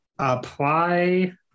apply